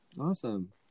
Awesome